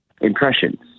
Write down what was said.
impressions